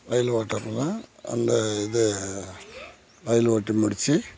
வயல் ஓட்டக்குள்ளே அந்த இதை வயல் ஓட்டி முடித்து